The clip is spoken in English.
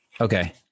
Okay